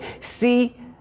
see